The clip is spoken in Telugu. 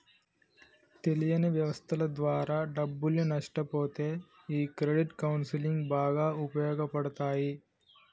తెలియని వ్యవస్థల ద్వారా డబ్బుల్ని నష్టపొతే ఈ క్రెడిట్ కౌన్సిలింగ్ బాగా ఉపయోగపడతాయి